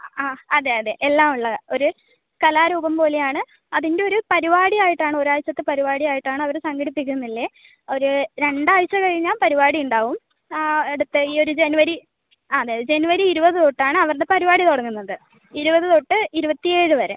ആ അതെ അതെ എല്ലാം ഉള്ള ഒരു കലാരൂപം പോലെ ആണ് അതിൻ്റെ ഒരു പരിപാടി ആയിട്ടാണ് ഒരാഴ്ചത്തെ പരിപാടി ആയിട്ടാണ് അവർ സംഘടിപ്പിക്കുന്നില്ലേ ഒരു രണ്ടാഴ്ച കഴിഞ്ഞാൽ പരിപാടി ഉണ്ടാവും ആ അടുത്ത ഈ ഒരു ജനുവരി അതെ ജനുവരി ഇരുപത് തൊട്ടാണ് അവരുടെ പരിപാടി തുടങ്ങുന്നത് ഇരുപത് തൊട്ട് ഇരുപത്തിയേഴ് വരെ